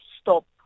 stop